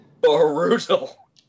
brutal